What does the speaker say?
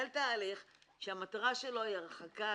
שהמטרה שלו היא הרחקה,